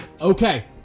Okay